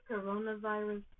coronavirus